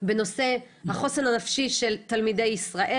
בנושא החוסן הנפשי של תלמידי ישראל.